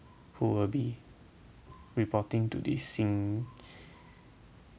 who will be reporting to this 新